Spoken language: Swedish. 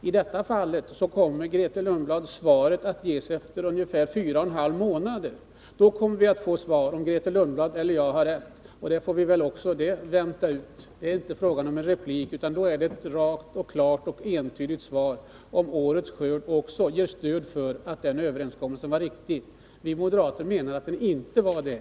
I detta fall kommer, Grethe Lundblad, svaret att ges efter fyra och en halv månad — då kommer vi att få veta om Grethe Lundblad eller jag har rätt. Det är då inte fråga om en replik utan om ett rakt, klart och entydigt besked, om årets skörd också ger stöd för påståendet att överenskommelsen var riktig. Vi moderater menar att den inte var det.